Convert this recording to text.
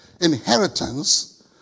inheritance